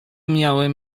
miałem